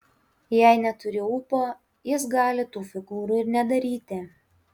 jei neturi ūpo jis gali tų figūrų ir nedaryti